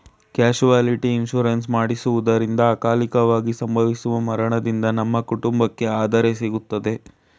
casualty insurance ಮಾಡಿಸುವುದರಿಂದ ಅಕಾಲಿಕವಾಗಿ ಸಂಭವಿಸುವ ಮರಣದಿಂದ ನಮ್ಮ ಕುಟುಂಬಕ್ಕೆ ಆದರೆ ಸಿಗುತ್ತದೆ